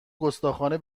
گستاخانه